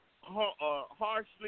harshly